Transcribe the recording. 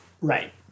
Right